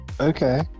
Okay